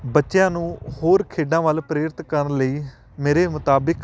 ਬੱਚਿਆਂ ਨੂੰ ਹੋਰ ਖੇਡਾਂ ਵੱਲ ਪ੍ਰੇਰਿਤ ਕਰਨ ਲਈ ਮੇਰੇ ਮੁਤਾਬਕ